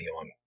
on